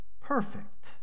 perfect